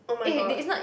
oh my god